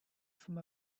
from